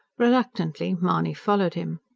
reluctantly mahony followed him.